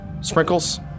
Sprinkles